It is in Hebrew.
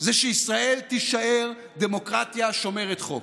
זה שישראל תישאר דמוקרטיה שומרת חוק.